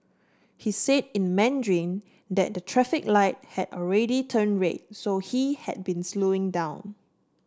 he say in Mandarin that the traffic light had already turn red so he had been slowing down